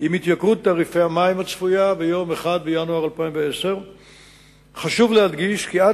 עם התייקרות תעריפי המים הצפויה ב-1 בינואר 2010. חשוב להדגיש כי עד